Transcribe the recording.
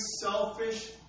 selfish